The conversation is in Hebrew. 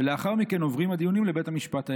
ולאחר מכן עוברים הדיונים לבית המשפט העליון.